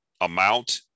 amount